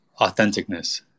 authenticness